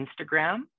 Instagram